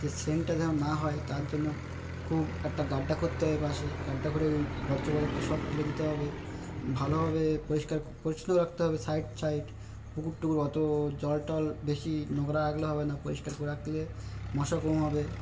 যে সেনটা যেমন না হয় তার জন্য খুব একটা গাড্ডা খুঁড়তে হবে পাশে গাড্ডা করে ওই বর্জ্য পদার্থ সব ফেলে দিতে হবে ভালোভাবে পরিষ্কার পরিচ্ছন্ন রাখতে হবে সাইড সাইড পুকুর টুকুর অত জল টল বেশি নোংরা রাখলে হবে না পরিষ্কার করে রাখলে মশা কমও হবে